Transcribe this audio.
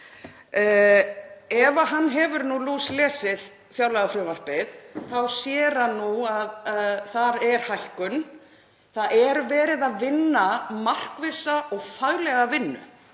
Ef hann hefur nú lúslesið fjárlagafrumvarpið þá sér hann að þar er hækkun. Það er verið að vinna markvissa og faglega vinnu